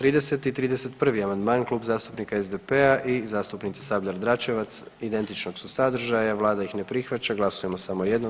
30. i 31. amandman Kluba zastupnika SDP-a i zastupnica Sabljar Dračevac, identičnog su sadržaja, Vlada ih ne prihvaća, glasujemo samo jednom.